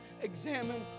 examine